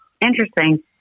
Interesting